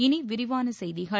இனி விரிவான செய்திகள்